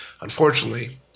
Unfortunately